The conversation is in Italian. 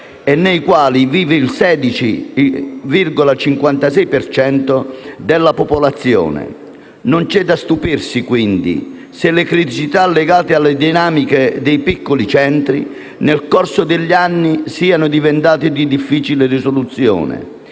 e nei quali vive il 16,56 per cento della popolazione. Non c'è da stupirsi quindi se le criticità legate alle dinamiche dei piccoli centri nel corso degli anni siano diventate di difficile risoluzione